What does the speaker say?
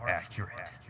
accurate